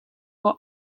will